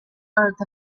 earth